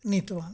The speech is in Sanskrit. नीतवान्